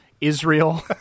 Israel